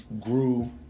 grew